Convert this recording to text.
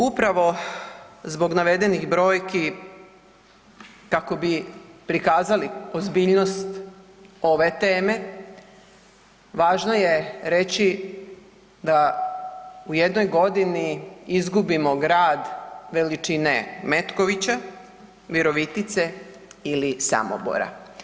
Upravo zbog navedenih brojki kako bi prikazali ozbiljnost ove teme važno je reći da u jednoj godini izgubimo grad veličine Metkovića, Virovitice ili Samobora.